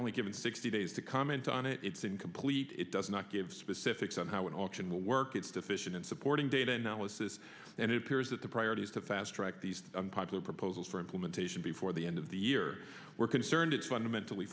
only given sixty days to comment on it it's incomplete it does not give specifics on how an auction will work its deficient in supporting data analysis and it appears that the priority is to fast track these popular proposals for implementation before the end of the year we're concerned it's fundamentally